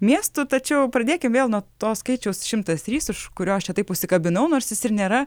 miestu tačiau pradėkim vėl nuo to skaičiaus šimtas trys už kurio aš čia taip užsikabinau nors jis ir nėra